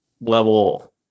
level